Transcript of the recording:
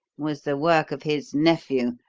was the work of his nephew,